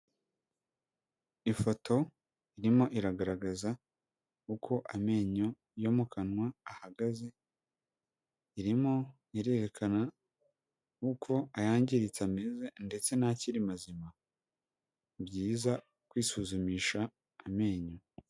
Ifoto irimo iragaragaza uko amenyo yo mu kanwa ahagaze irimo irerekana uko ayangiritse ameze ndetse n'akiri mazima nibyiza kwisuzumisha amenyo.